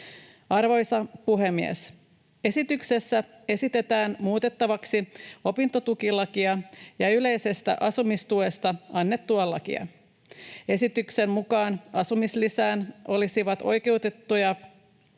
Arvoisa puhemies! Esityksessä esitetään muutettavaksi opintotukilakia ja yleisestä asumistuesta annettua lakia. Esityksen mukaan asumislisään olisivat oikeutettuja